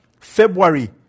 February